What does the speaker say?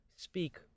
Speak